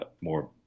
more